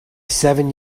seven